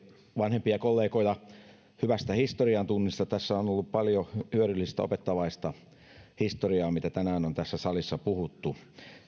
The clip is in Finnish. vanhempia kollegoja hyvästä historiantunnista tässä on ollut paljon hyödyllistä opettavaista historiaa mitä tänään on tässä salissa puhuttu